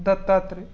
Dattatri